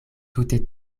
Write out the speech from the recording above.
tute